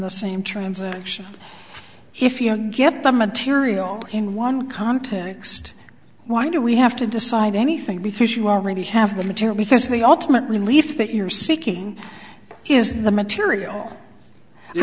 the same transaction if you get the material in one context why do we have to decide anything because you already have the material because the ultimate relief that you're seeking is the material i